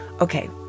okay